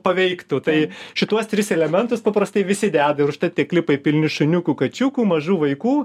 paveiktų tai šituos tris elementus paprastai visi deda ir užtai tie klipai pilni šuniukų kačiukų mažų vaikų